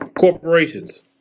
Corporations